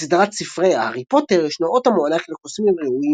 בסדרת ספרי "הארי פוטר" ישנו אות המוענק לקוסמים ראויים